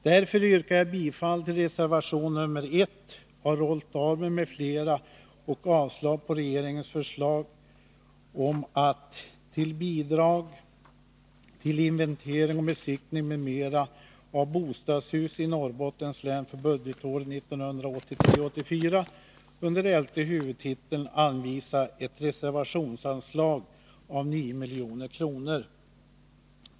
Därför yrkar jag bifall till reservation 1 av Rolf Dahlberg m.m. och avslag på regeringens förslag om att till Bidrag till inventering och besiktning m.m. av bostadshus i Norrbottens län för budgetåret 1983/84 under elfte huvudtiteln anvisa ett reservationsavslag av 9 000 000 kr.